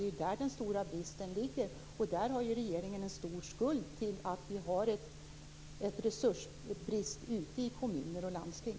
Det är där den stora bristen ligger. Regeringen har stor skuld i att vi har resursbrist ute i kommuner och landsting.